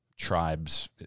tribes